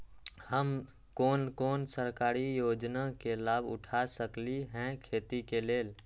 हम कोन कोन सरकारी योजना के लाभ उठा सकली ह खेती के लेल?